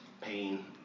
pain